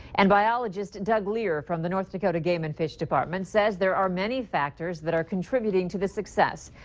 and biologist doug leier from the north dakota game and fish department says there are many factors that are contributing to the success.